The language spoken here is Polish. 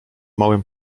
małym